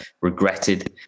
regretted